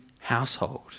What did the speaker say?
household